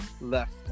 left